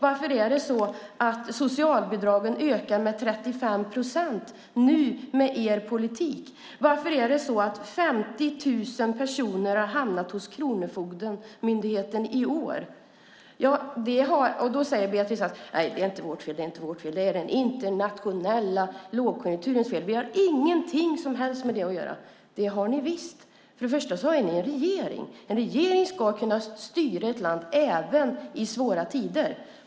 Varför ökar socialbidragen med 35 procent med er politik? Varför har 50 000 personer hamnat hos Kronofogdemyndigheten i år? Beatrice Ask säger: Det är inte vårt fel. Det är den internationella lågkonjunkturens fel. Vi har ingenting som helst med det att göra. Men det har ni visst. Det är ni som har regeringsmakten. En regering ska kunna styra ett land även i svåra tider.